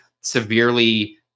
severely